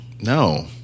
No